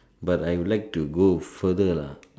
but I would like to go further lah